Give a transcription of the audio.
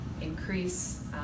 increase